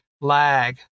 lag